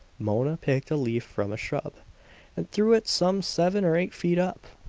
mona picked a leaf from a shrub and threw it some seven or eight feet up.